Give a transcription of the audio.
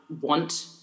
want